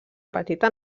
petita